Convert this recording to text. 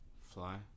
Fly